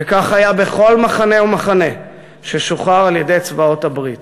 וכך היה בכל מחנה ומחנה ששוחרר על-ידי צבאות הברית.